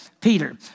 Peter